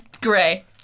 gray